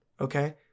okay